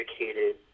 educated